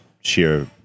sheer